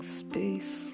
space